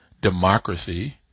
democracy